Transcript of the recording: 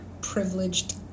privileged